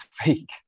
speak